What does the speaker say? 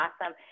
awesome